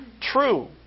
true